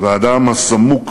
והדם הסמוק